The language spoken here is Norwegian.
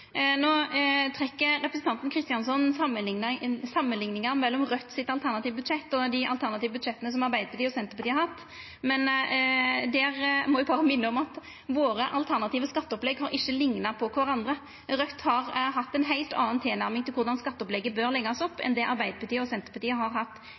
representanten Kristjánsson samanlikninga mellom Raudts alternative budsjett og dei alternative budsjetta som Arbeidarpartiet og Senterpartiet har hatt, men der må eg berre minna om at våre alternative skatteopplegg ikkje har likna på kvarandre. Raudt har hatt ei heilt anna tilnærming til korleis skatteopplegget bør leggjast opp enn det Arbeidarpartiet og Senterpartiet har hatt